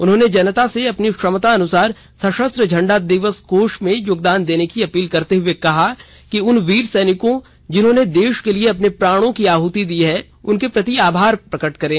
उन्होंने जनता से अपनी क्षमता अनुसार सशस्त्र झंडा दिवस कोष में योगदान देने की अपील करते हुए कहा कि उन वीर सैनिकों जिन्होंने देश के लिए अपने प्राणों की आहति दी है उनके प्रति आभार प्रकट करें